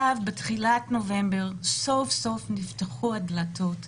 בתחילת נובמבר סוף-סוף נפתחו הדלתות,